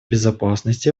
безопасность